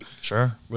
Sure